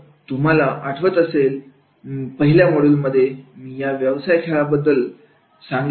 जर तुम्हाला आठवत असेल तर पहिल्या मोड्युलमध्ये मी या व्यवसायाबद्दल खेळाचा सांगितले होते